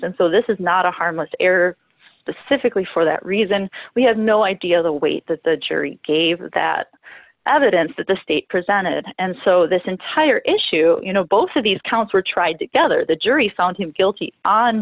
and so this is not a harmless error specifically for that reason we have no idea of the weight that the jury gave that evidence that the state presented and so this entire issue you know both of these counts were tried together the jury found him guilty on